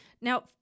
Now